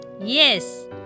Yes